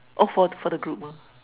oh for for the group uh